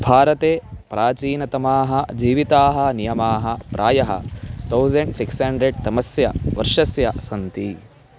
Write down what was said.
भारते प्राचीनतमाः जीविताः नियमाः प्रायः तौज़ण्ड् सिक्स् हण्ड्रेड् तमस्य वर्षस्य सन्ति